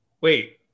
wait